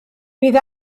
bydd